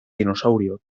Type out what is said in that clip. dinosaurio